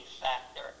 factor